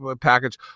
package